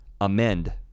amend